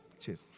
Cheers